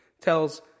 Tells